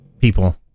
people